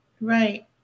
right